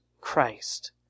Christ